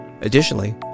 Additionally